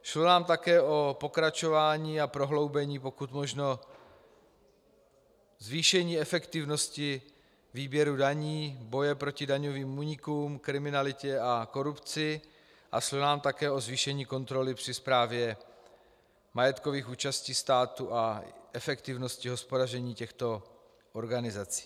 Šlo nám také o pokračování a prohloubení, pokud možno zvýšení efektivnosti výběru daní, boje proti daňovým únikům, kriminalitě a korupci a šlo nám také o zvýšení kontroly při správě majetkových účastí státu a efektivnosti hospodaření těchto organizací.